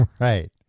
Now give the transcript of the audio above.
Right